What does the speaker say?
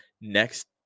next